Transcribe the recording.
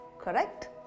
Correct